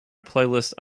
playlist